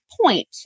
point